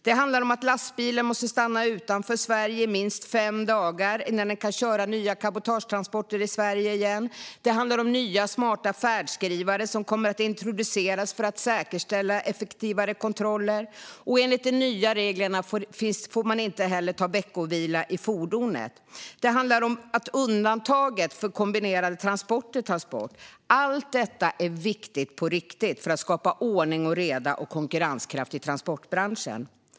Det handlar om att lastbilar måste stanna utanför Sverige i minst fem dagar innan de kan köra nya cabotagetransporter i Sverige. Det handlar om nya smarta färdskrivare som kommer att introduceras för att säkerställa effektivare kontroller. Enligt de nya reglerna får man inte ta veckovila i fordonet, och dessutom tas undantaget för kombinerade transporter bort. Allt detta är viktigt på riktigt för att skapa ordning och reda och konkurrenskraft i transportbranschen.